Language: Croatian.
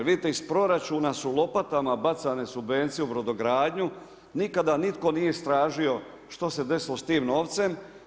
Vidite iz proračuna su lopatama bacane subvencije u brodogradnju, nikada nitko nije istražio što se desilo sa tim novcem.